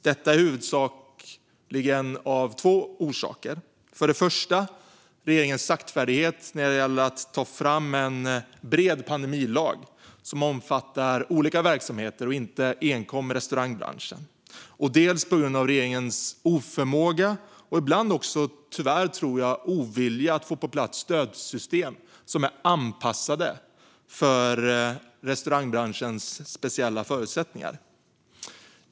Detta har huvudsakligen två orsaker: För det första regeringens saktfärdighet när det gäller att ta fram en bred pandemilag som omfattar olika verksamheter och inte enbart restaurangbranschen, för det andra regeringens oförmåga, och ibland tyvärr, tror jag, ovilja att få på plats stödsystem som är anpassade för restaurangbranschens speciella förutsättningar.